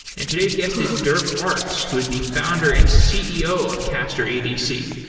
and today's guest is derk arts who is the founder and ceo of castor edc.